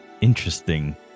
interesting